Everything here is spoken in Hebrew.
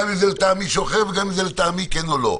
גם אם זה לטעמו של מישהו אחר וגם אם זה לטעמי או לא.